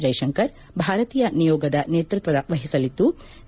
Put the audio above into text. ಜೈಶಂಕರ್ ಭಾರತೀಯ ನಿಯೋಗದ ನೇತೃತ್ವದ ವಹಿಸಲಿದ್ಲು